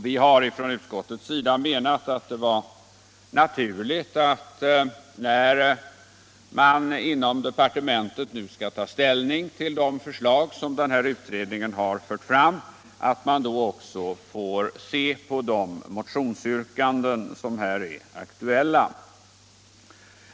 Vi har från utskottets sida menat att det var naturligt, när man nu inom departementet skall ta ställning till de förslag som den här utredningen har fört fram, att man också får se på de motionsyrkanden som här är aktuella.